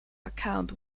account